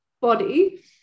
body